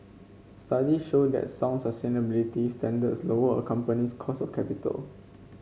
studies show that sound sustainability standards lower a company's cost of capital